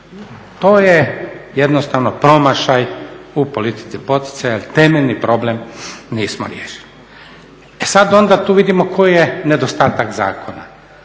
To je jednostavno promašaj u politici poticaja, temeljni problem nismo riješili. E sada onda tu vidimo koji je nedostatak zakona,